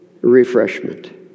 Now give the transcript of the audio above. refreshment